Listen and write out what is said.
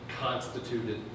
constituted